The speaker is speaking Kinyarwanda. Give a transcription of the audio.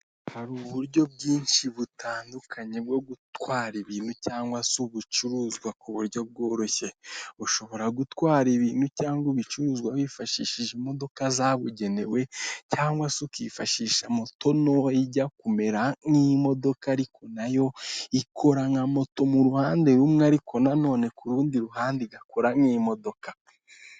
Hari uburyo bwinshi butandukanye bwo gutwara ibintu cyangwa se ibicuruzwa ku buryo bworoshye ushobora gutwara ibintu cyangwa ibicuruzwa wifashishije imodoka zabugenewe cyangwa se ukifashisha moto ntoya ijya kumera nk'imodoka ariko nayo ikora nka moto mu ruhande rumwe ariko na none ku rundi ruhande igakora nk'imodoka .